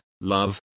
love